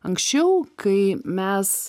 anksčiau kai mes